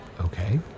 Okay